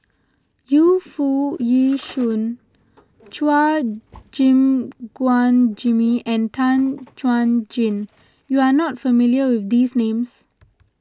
Yu Foo Yee Shoon Chua Gim Guan Jimmy and Tan Chuan Jin you are not familiar with these names